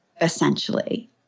essentially